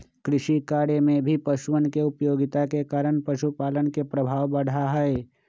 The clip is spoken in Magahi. कृषिकार्य में भी पशुअन के उपयोगिता के कारण पशुपालन के प्रभाव बढ़ा हई